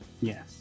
Yes